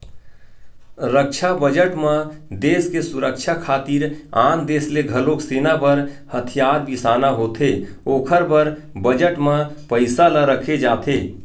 रक्छा बजट म देस के सुरक्छा खातिर आन देस ले घलोक सेना बर हथियार बिसाना होथे ओखर बर बजट म पइसा ल रखे जाथे